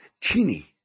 teeny